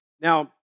Now